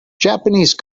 japanese